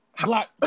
black